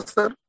sir